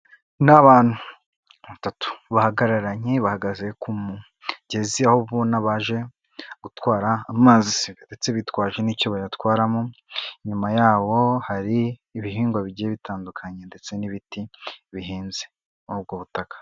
Ni abantu batatu bahagararanye bahagaze ku mugezi aho ubona baje gutwara ndetse bitwaje n'icyo bayatwaramo, inyuma yabo hari ibihingwa bigiye bitandukanye ndetse n'ibiti bihinze muri ubwo butaka.